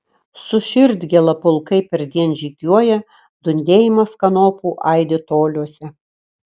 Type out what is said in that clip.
su širdgėla pulkai perdien žygiuoja dundėjimas kanopų aidi toliuose